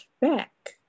back